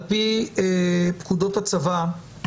על פי פקודות הצבא,